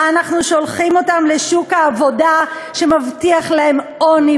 ואנחנו שולחים אותם לשוק העבודה שמבטיח להם עוני